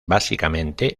básicamente